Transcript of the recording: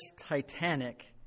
Titanic